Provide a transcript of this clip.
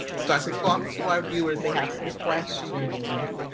start to talk to our viewers, they have some questions,